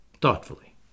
Thoughtfully